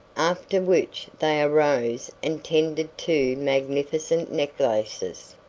after which they arose and tendered two magnificent necklaces.